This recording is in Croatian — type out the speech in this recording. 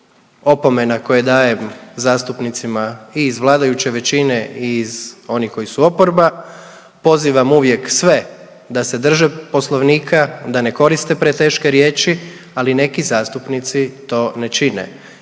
opomena koje dajem zastupnicima i iz vladajuće većine i iz, onih koji su oporba, pozivam uvijek sve da se drže poslovnika, da ne koriste preteške riječi, ali neki zastupnici to ne čine.